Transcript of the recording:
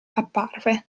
apparve